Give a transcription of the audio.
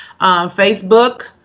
Facebook